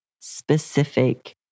specific